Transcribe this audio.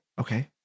Okay